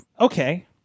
Okay